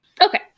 Okay